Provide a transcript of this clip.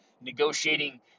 negotiating